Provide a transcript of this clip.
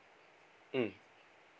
mm